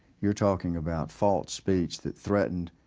you are talking about false speech that threatened,